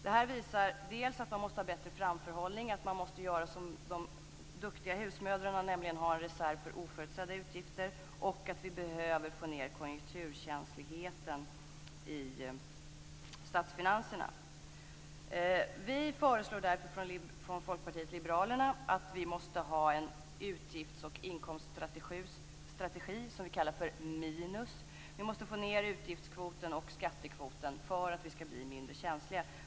Det här visar dels att man måste ha bättre framförhållning, att man som de duktiga husmödrarna måste ha en reserv för oförutsedda utgifter, dels att man behöver minska konjunkturkänsligheten i statsfinanserna. Vi föreslår därför från Folkpartiet liberalerna en utgifts och inkomststrategi som vi kallar för minus. Vi måste få ned utgiftskvoten och skattekvoten för att vi skall bli mindre känsliga.